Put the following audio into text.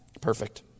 Perfect